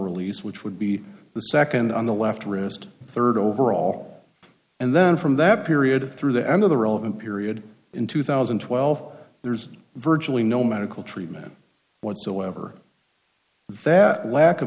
release which would be the second on the left wrist third overall and then from that period through the end of the relevant period in two thousand and twelve there's virtually no medical treatment whatsoever that lack of